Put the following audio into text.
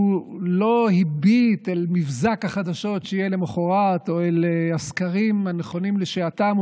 הוא לא הביט אל מבזק החדשות שיהיה למוחרת או אל הסקרים הנכונים לשעתם,